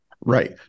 Right